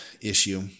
issue